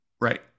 Right